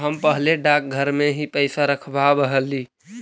हम पहले डाकघर में ही पैसा रखवाव हली